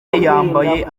yambaye